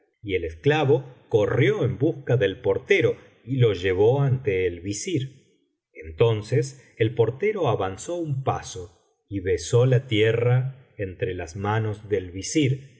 y el esclavo corrió en busca del portero y lo llevó ante el visir entonces el portero avanzó un paso y besó la tierra entre las manos del visir